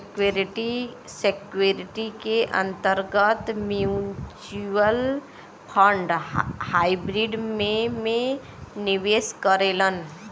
securities के अंतर्गत mutual fund hybrid में में निवेश करेलन